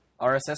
RSS